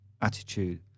attitude